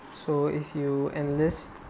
so if you enlist